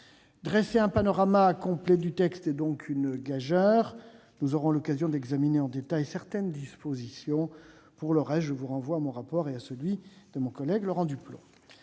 Dresser un panorama complet du texte est donc une gageure ! Nous aurons l'occasion d'examiner en détail certaines dispositions ; pour le reste, je vous renvoie à mon rapport et à celui de mon collègue Laurent Duplomb.